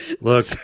Look